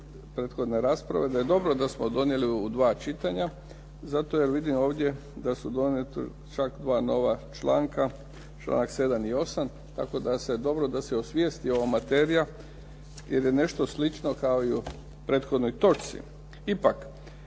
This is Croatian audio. prethodne rasprave da je dobro da smo donijeli u 2 čitanja zato jer vidimo ovdje da su donijeta čak dva nova članka, članak 7. i 8., tako da je dobro da se osvijesti ova materija ili nešto slično kao i u prethodnoj točci.